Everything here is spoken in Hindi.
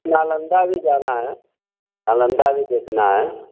नालंदा भी जाना है नालंदा भी देखना है